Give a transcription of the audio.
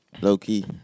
Low-key